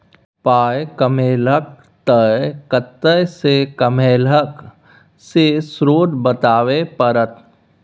पाइ कमेलहक तए कतय सँ कमेलहक से स्रोत बताबै परतह